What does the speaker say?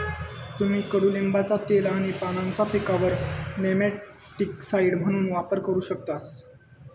तुम्ही कडुलिंबाचा तेल आणि पानांचा पिकांवर नेमॅटिकसाइड म्हणून वापर करू शकतास